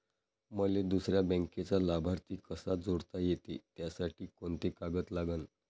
मले दुसऱ्या बँकेचा लाभार्थी कसा जोडता येते, त्यासाठी कोंते कागद लागन?